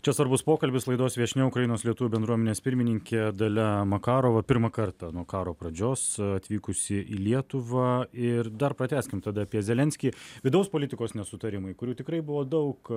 čia svarbus pokalbis laidos viešnia ukrainos lietuvių bendruomenės pirmininkė dalia makarova pirmą kartą nuo karo pradžios atvykusi į lietuvą ir dar pratęskim tada apie zelenskį vidaus politikos nesutarimai kurių tikrai buvo daug